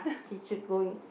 she should go in